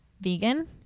vegan